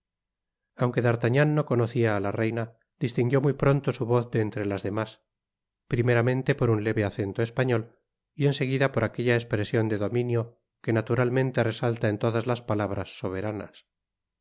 aunque d'artagnan no conocia á la reina distinguió muy pronto su voz de entre las demás primeramente por un leve acento español y en seguida por aquella espresion de dominio que naturalmente resalta en todas las palabras soberanas